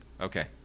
Okay